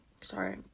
sorry